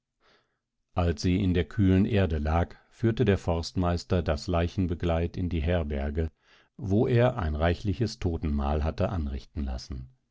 als sie in der kühlen erde lag führte der forstmeister das leichenbegleit in die herberge wo er ein reichliches totenmahl hatte anrichten lassen